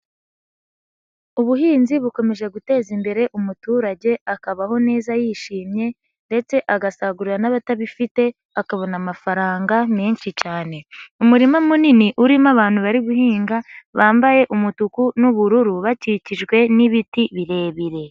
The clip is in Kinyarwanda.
Ubuhinzi bukomeje guteza imbere umuturage akabaho neza yishimye ndetse agasagurira n'abatabifite akabona amafaranga menshi cyane, umurima munini urimo abantu bari guhinga bambaye umutuku n'ubururu bakikijwe n'ibiti birebire.